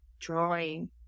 drawing